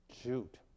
Shoot